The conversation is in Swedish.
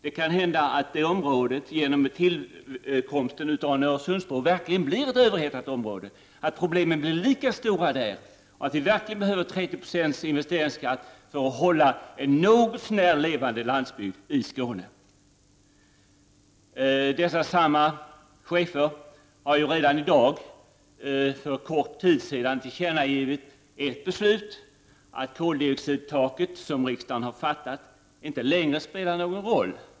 Det kan hända att området genom tillkomsten av en Öresundsbro verkligen blir ett överhettat område, att problemen blir lika stora där och att vi verkligen behöver en 30-procentig investeringsskatt för att bevara en något så när levande landsbygd i Skåne. Dessa samma chefer har ju redan i dag, för kort tid sedan, tillkännagivit ett beslut — att koldioxidtaket som riksdagen beslutat om inte längre spelar någon roll.